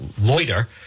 loiter